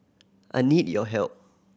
I need your help